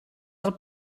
del